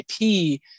IP